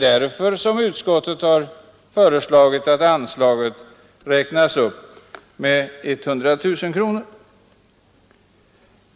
Därför har utskottet föreslagit att anslaget räknas upp med 100 000 kronor.